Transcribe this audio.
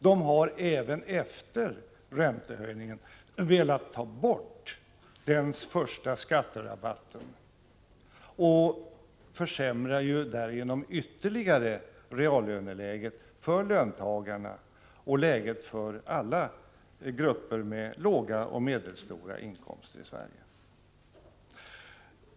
De har även efter räntehöjningen velat ta bort den första skatterabatten och därigenom ytterligare försämra reallöneläget för löntagarna och läget för alla grupper med låga och medelstora inkomster i Sverige.